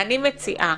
אני מציעה,